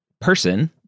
person